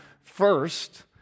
first